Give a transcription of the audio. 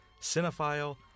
cinephile